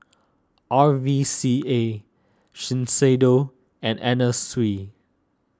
R V C A Shiseido and Anna Sui